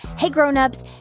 hey, grown-ups.